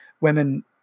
women